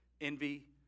Envy